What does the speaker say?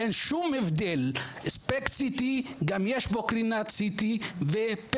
אין שום הבדל, גם ב-SPECT-CT יש קרינה CT וגם